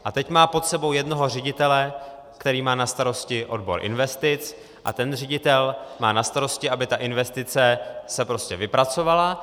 A teď má pod sebou jednoho ředitele, který má na starosti odbor investic, a ten ředitel má na starosti, aby ta investice se prostě vypracovala.